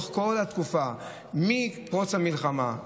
מפרוץ המלחמה,